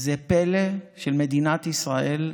זה פלא של מדינת ישראל,